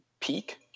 peak